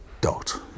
dot